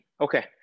Okay